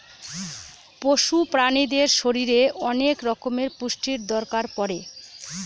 পশু প্রাণীদের শরীরে অনেক রকমের পুষ্টির দরকার পড়ে